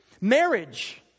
marriage